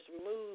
remove –